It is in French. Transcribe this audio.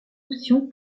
option